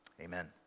Amen